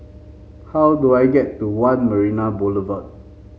how do I get to One Marina Boulevard